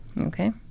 Okay